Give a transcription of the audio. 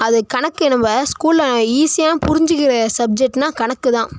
அது கணக்கு நம்ம ஸ்கூலில் ஈஸியாகவும் புரிஞ்சிகிற சப்ஜெக்ட்னா கணக்கு தான்